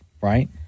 right